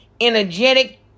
energetic